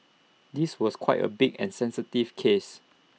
this was quite A big and sensitive case